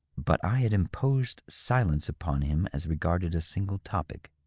but i had im posed silence upon him as regarded a single topic,